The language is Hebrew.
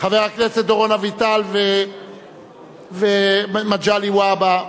חברי הכנסת דורון אביטל ומגלי והבה,